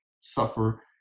suffer